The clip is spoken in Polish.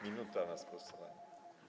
Minuta na sprostowanie.